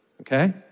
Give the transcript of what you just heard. okay